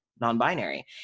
non-binary